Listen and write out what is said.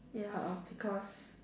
ya uh because